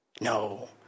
No